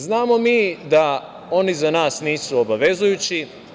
Znamo mi da oni za nas nisu obavezujući.